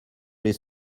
les